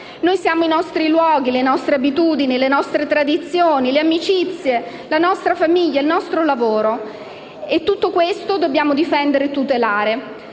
Noi siamo i nostri luoghi, le nostre abitudini, le nostre tradizioni, le nostre amicizie, la nostra famiglia, il nostro lavoro, e tutto questo dobbiamo difendere e tutelare.